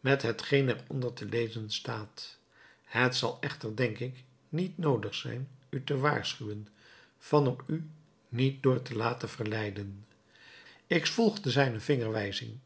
met hetgeen er onder te lezen staat het zal echter denk ik niet noodig zijn u te waarschuwen van er u niet door te laten verleiden ik volgde zijne vingerwijzing